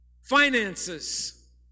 Finances